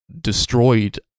destroyed